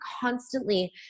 constantly